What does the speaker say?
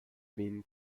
been